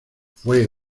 fue